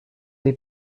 des